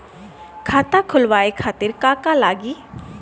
खाता खोलवाए खातिर का का लागी?